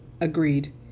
agreed